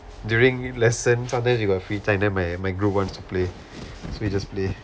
during lessons sometimes you got free time them my my group wants to play so we just play